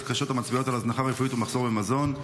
קשות המצביעות על הזנחה רפואית ומחסור במזון.